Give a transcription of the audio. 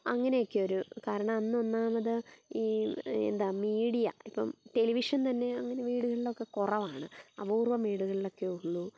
അങ്ങനെയൊക്കെ ഒരു കാരണം അന്ന് ഒന്നാമത് ഈ എന്താണ് മീഡിയ ഇപ്പം ടെലിവിഷൻ തന്നെ അങ്ങനെ വീടുകളിലൊക്കെ കുറവാണ് അപൂർവ്വം വീടുകളിലൊക്കെ ഉള്ളൂ